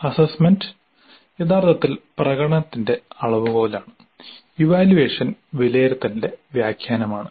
assessment യഥാർത്ഥത്തിൽ പ്രകടനത്തിന്റെ അളവുകോലാണ് ഇവാല്യുവേഷൻ വിലയിരുത്തലിന്റെ വ്യാഖ്യാനമാണ്